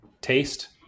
taste